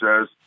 says